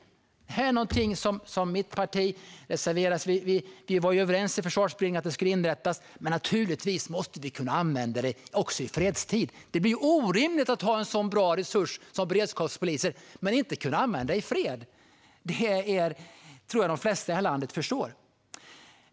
Vi var ju överens i Försvarsberedningen om att en beredskapspolisorganisation skulle inrättas, men naturligtvis måste vi kunna använda den också i fredstid. Det blir ju orimligt att ha en sådan bra resurs som beredskapspoliser om de inte ska kunna användas i fred. Det tror jag att de flesta i det här landet förstår.